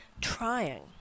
trying